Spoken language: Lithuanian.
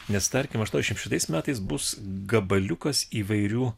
nes tarkim aštuoniasdešimt šeštais metais bus gabaliukas įvairių